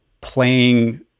playing